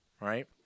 right